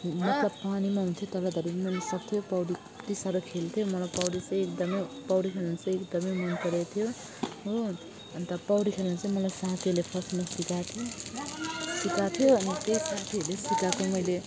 मतलब पानीमा हुन्थ्यो तबधरि मैले सक्थ्यो पौडी के साह्रो खेल्थ्यो मलाई पौडी चाहिँ एकदमै पौडी खेल्नु चाहिँ एकदमै मन पराउँथेँ हो अन्त पौडी खेल्नु चाहिँ मलाई साथीले फर्स्टमा सिकाएको थियो सिकाएको थियो अनि त्यो साथीहरूले सिकाएको मैले